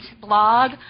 blog